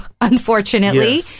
unfortunately